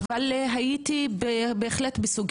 אך הייתי בסוגיה,